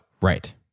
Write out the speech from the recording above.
right